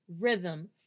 rhythm